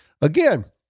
again